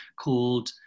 called